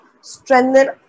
strengthen